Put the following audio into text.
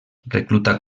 recluta